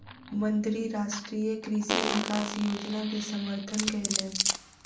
मंत्री राष्ट्रीय कृषि विकास योजना के समर्थन कयलैन